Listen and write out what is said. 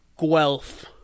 Guelph